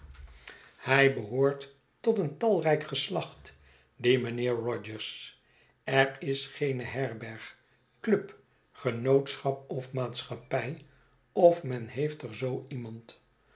hij behoort tot een talrijk geslacht die mijnheer rogers er is geene herberg club genootschap of maatschappij of men heeft er zoo iemand